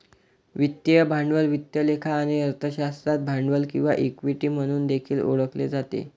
वित्तीय भांडवल वित्त लेखा आणि अर्थशास्त्रात भांडवल किंवा इक्विटी म्हणून देखील ओळखले जाते